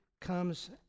comes